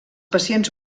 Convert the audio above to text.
pacients